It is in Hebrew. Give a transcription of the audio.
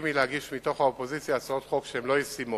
לגיטימי להגיש מתוך האופוזיציה הצעות חוק שהן לא ישימות.